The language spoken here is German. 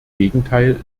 gegenteil